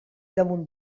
damunt